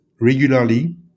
regularly